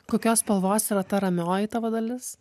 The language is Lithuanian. kokios spalvos yra ta ramioji tavo dalis